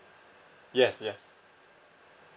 yes yes